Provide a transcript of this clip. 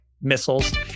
missiles